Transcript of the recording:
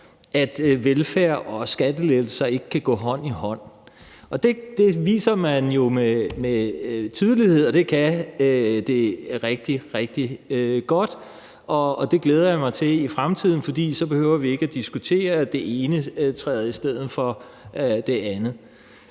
at velfærd og skattelettelser ikke kan gå hånd i hånd. Det viser man jo med tydelighed at de rigtig, rigtig godt kan, og det glæder jeg mig til at se i fremtiden, for så behøver vi ikke at diskutere, om det ene træder i stedet for det andet.